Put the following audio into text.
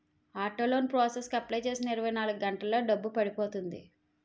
auto loan process కి apply చేసిన ఇరవై నాలుగు గంటల్లో డబ్బు పడిపోతుంది